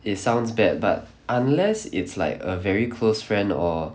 it sounds bad but unless it's like a very close friend or